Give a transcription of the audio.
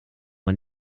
man